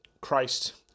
Christ